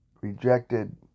rejected